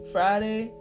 Friday